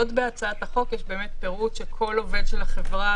עוד בהצעת החוק יש פירוט שכל עובד של החברה